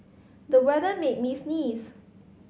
the weather made me sneeze